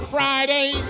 Friday